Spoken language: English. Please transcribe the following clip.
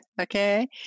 okay